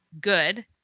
good